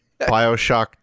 Bioshock